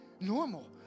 Normal